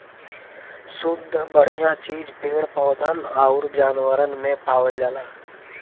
सुद्ध बढ़िया चीज पेड़ पौधन आउर जानवरन में पावल जाला